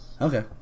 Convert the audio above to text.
Okay